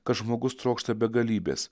kad žmogus trokšta begalybės